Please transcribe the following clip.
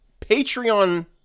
Patreon